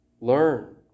learn